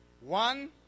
One